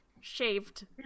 shaved